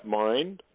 mind